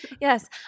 Yes